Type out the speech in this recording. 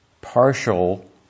partial